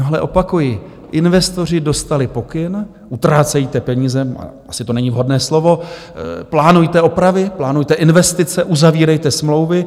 Ale opakuji, investoři dostali pokyn: utrácejte peníze asi to není vhodné slovo plánujte opravy, plánujte investice, uzavírejte smlouvy.